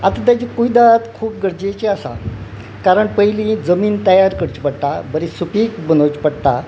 आतां तेजी कुयदाद खूब गरजेची आसा कारण पयली जमीन तयार करची पडटा बरी सुपीक बनोवची पडटा